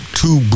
two